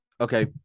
okay